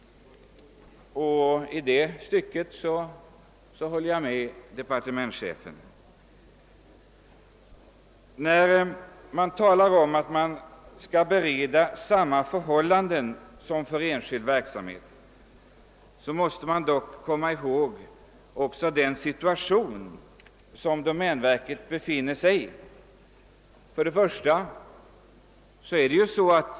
I det stycket håller jag med departementschefen. När man talar om att ge dessa företag samma villkor som den enskilda företagsamheten, måste man emellertid erinra sig vilken situation domänverket befinner sig i.